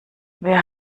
wer